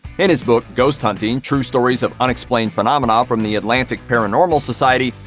in his book, ghost hunting true stories of unexplained phenomena from the atlantic paranormal society,